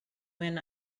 when